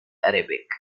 arabic